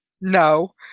no